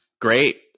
Great